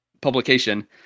publication